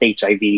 HIV